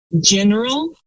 General